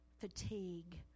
fatigue